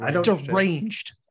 Deranged